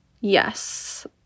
Yes